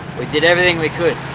we did everything we could,